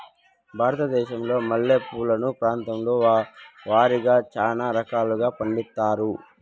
భారతదేశంలో మల్లె పూలను ప్రాంతాల వారిగా చానా రకాలను పండిస్తారు